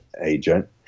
agent